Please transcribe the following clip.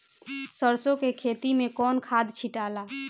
सरसो के खेती मे कौन खाद छिटाला?